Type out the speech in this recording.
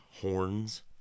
horns